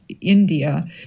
India